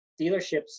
dealerships